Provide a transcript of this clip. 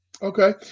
Okay